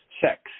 sex